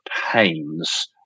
pains